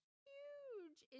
huge